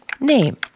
name